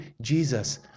Jesus